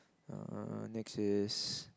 err next is